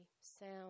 sound